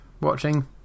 watching